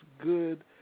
good